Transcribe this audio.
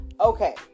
okay